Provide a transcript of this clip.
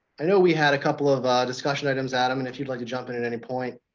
i know we had a couple of ah discussion items, adam, and if you'd like to jump in at any point.